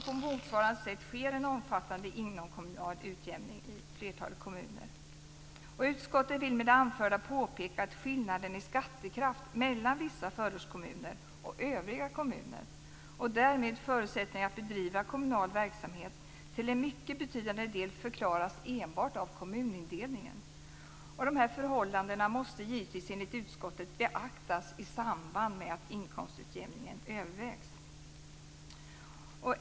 På motsvarande sätt sker en omfattande inomkommunal utjämning i flertalet kommuner. Utskottet vill med det anförda påpeka att skillnaden i skattekraft mellan vissa förortskommuner och övriga kommuner - och därmed förutsättningarna att bedriva kommunal verksamhet - till en mycket betydande del förklaras enbart av kommunindelningen. Dessa förhållanden måste givetvis enligt utskottet beaktas i samband med att inkomstutjämningen övervägs.